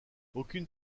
aucune